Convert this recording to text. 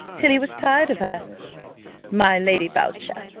till he was tired of her my lady boucher,